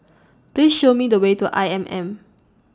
Please Show Me The Way to I M M